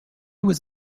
was